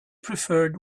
preferred